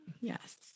Yes